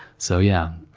so yeah,